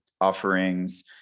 offerings